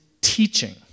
teaching